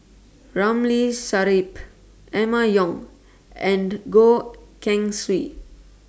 Ramli Sarip Emma Yong and Goh Keng Swee